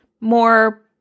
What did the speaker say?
more